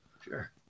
Sure